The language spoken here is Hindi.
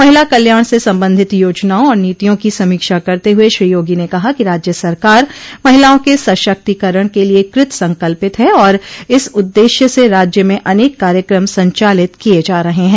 महिला कल्याण से संबंधित योजनाओं और नीतियों की समीक्षा करते हुए श्री योगी ने कहा कि राज्य सरकार महिलाओं के सशक्तिकरण के लिये कृत संकल्पित है और इस उद्देश्य से राज्य में अनेक कार्यक्रम संचालित किये जा रहे हैं